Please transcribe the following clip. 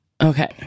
Okay